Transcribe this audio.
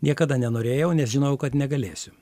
niekada nenorėjau nes žinojau kad negalėsiu